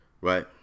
right